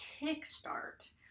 kickstart